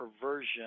perversion